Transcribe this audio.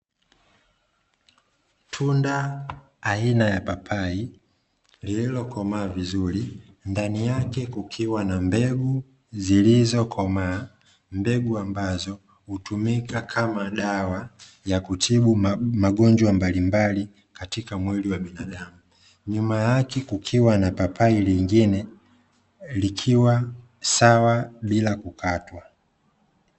Tunda aina ya papai lililokomaa vizuri ndani yake kukiwa na mbegu zilizokomaa mbegu ambazo hutumika kama dawa ya kutibu magonjwa mbalimbali katika mwili wa binadamu, nyuma yake kukiwa na papai lingine likiwa sawa bila kukatwa.